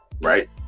Right